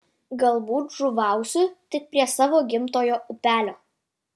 galbūt žuvausiu tik prie savo gimtojo upelio